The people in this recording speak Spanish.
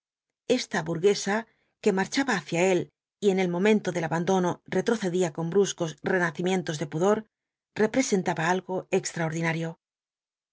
esta burguesa que marchaba hacia él y en el momento del abandono retrocedía con bruscos renacimientos de pudor representaba algo extraordinario